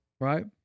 right